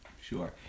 Sure